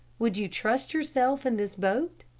would you trust yourself in this boat?